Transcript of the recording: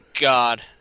God